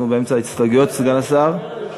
אנחנו באמצע ההסתייגויות, סגן השר.